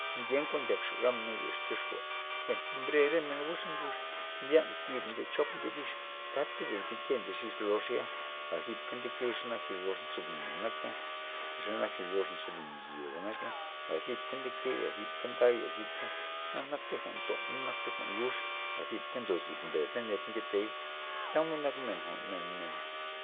Ken kuan ndyakxa gabmen lexa tyoxkua mbay bre re men gox mblux mbyan thib nde chob nde bix tata ben nzikye xis loxa a zipta ndekey ze nak zi lox jwa'n nzo bina naka xenak thi lox nzo bin izyoba naka asipka ndekey asipka nday asipka na nakta jwa'n nton nakta jwa'n lux asipka ndob zib mbed ned nketey tamod nak jwa'n men- men.